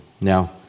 Now